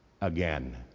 again